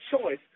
choice